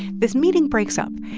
this meeting breaks up.